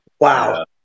Wow